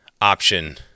option